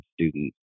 students